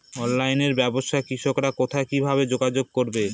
অনলাইনে ব্যবসায় কৃষকরা কোথায় কিভাবে যোগাযোগ করবে?